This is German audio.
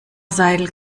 seidel